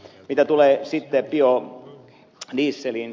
mitä tulee sitten biodieseliin ed